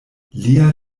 lia